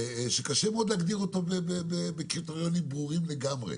וקשה מאוד להגדיר אותו בקריטריונים ברורים לגמרי.